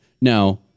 Now